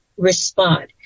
respond